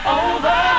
over